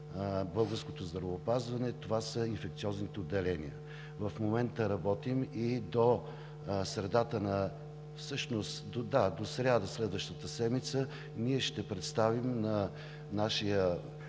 българското здравеопазване – това са инфекциозните отделения. В момента работим и до сряда следващата седмица ние ще представим на нашия